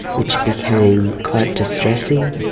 which became quite distressing.